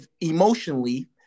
emotionally